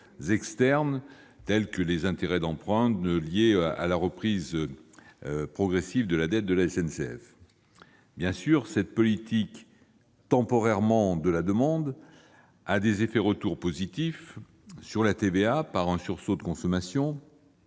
externes, comme les intérêts d'emprunt liés à la reprise progressive de la dette de la SNCF. Bien entendu, cette politique « temporairement de la demande » a des effets positifs sur la TVA, par un sursaut de consommation,